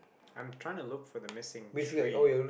I'm trying to look for the missing tree